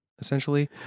essentially